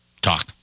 talk